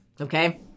Okay